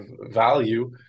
value